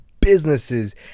businesses